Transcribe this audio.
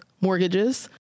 mortgages